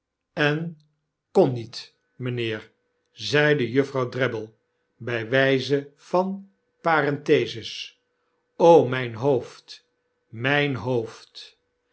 en kon niet mynheer zeide juffrouw drabble by wijze van paren the mijn hoofd mijn hoofd